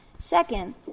Second